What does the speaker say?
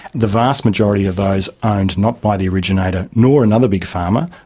the vast majority of those owned not by the originator, nor another big pharma,